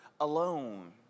alone